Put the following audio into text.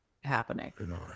happening